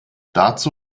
dazu